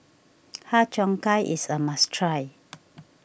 Har Cheong Gai is a must try